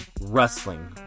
wrestling